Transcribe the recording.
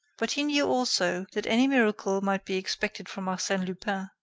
but he knew also that any miracle might be expected from arsene lupin.